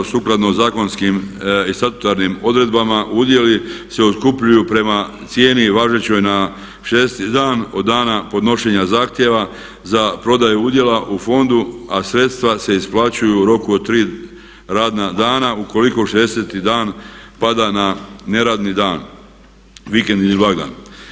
Sukladno zakonskim i statutarnim odredbama udjeli se otkupljuju prema cijeni važećoj na 6. dan od dana podnošenja zahtjeva za prodaju udjela u fondu a sredstva se isplaćuju u roku od 3 radna dana ukoliko 60. dan pada na neradni dan, vikend ili blagdan.